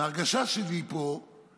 וההרגשה שלי פה היא